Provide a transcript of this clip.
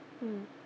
mm